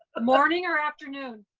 morning or afternoon?